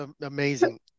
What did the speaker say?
amazing